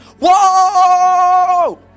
Whoa